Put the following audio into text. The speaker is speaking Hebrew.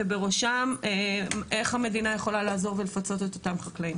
ובראשם - איך המדינה יכולה לעזור ולפצות את אותם חקלאים.